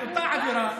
על אותה עבירה